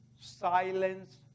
silence